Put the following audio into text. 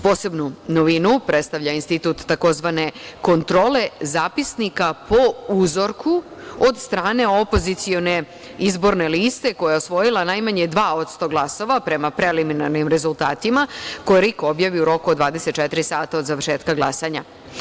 Posebnu novinu predstavlja institut tzv. „kontrole zapisnika po uzorku“ od strane opozicione izborne liste, koja je osvojila najmanje 2% glasova prema preliminarnim rezultatima, koje RIK objavi u roku od 24 sata od završetka glasanja.